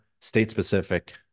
state-specific